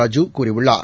ராஜு கூறியுள்ளார்